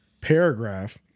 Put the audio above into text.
paragraph